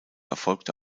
erfolgte